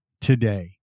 today